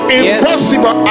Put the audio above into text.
impossible